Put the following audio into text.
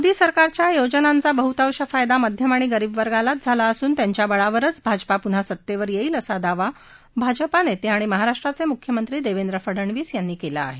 मोदी सरकारच्या योजनांचा बहुतांश फायदा मध्यम आणि गरीब वर्गालाच झाला असून त्यांच्या बळावरच भाजपा पुन्हा सत्तेवर येईल असा दावा भाजपा नेते महाराष्ट्राचे मुख्यंमत्री देवेंद्र फडणवीस यांनी केला आहे